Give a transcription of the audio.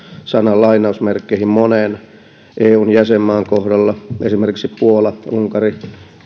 sanan lainausmerkkeihin monen eun jäsenmaan kohdalla esimerkiksi puola unkari